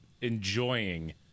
Enjoying